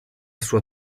sua